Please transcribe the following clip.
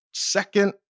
second